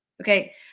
Okay